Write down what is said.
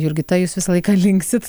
jurgita jūs visą laiką linksit